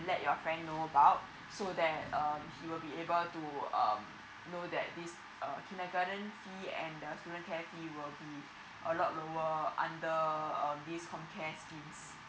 let your friend know about so that um he will be able to um know that this uh kindergarten fee and the student care fee will be a lot lower under um this com care scheme